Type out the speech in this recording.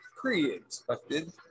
pre-expected